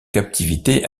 captivité